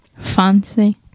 Fancy